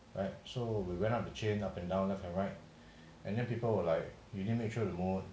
right so we went on to chain you up and down left and right and then people will like you need to make sure you more